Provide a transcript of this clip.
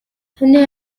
таны